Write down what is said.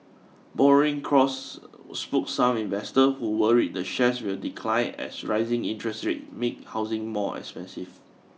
borrowing costs spooked some investor who worry the shares will decline as rising interest rates make housing more expensive